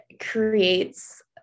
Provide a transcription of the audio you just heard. creates